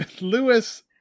Lewis